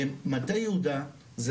מטה יהודה זו